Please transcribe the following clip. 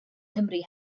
nghymru